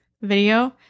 video